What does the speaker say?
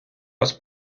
вас